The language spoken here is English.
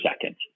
second